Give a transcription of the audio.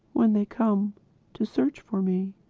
when they come to search for me.